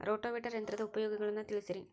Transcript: rotavator ಯಂತ್ರದ ಉಪಯೋಗಗಳನ್ನ ತಿಳಿಸಿರಿ